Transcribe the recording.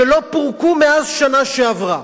שלא פורקו מאז השנה שעברה,